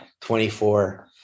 24